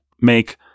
make